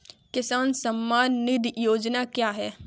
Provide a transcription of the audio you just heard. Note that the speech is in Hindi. किसान सम्मान निधि योजना क्या है?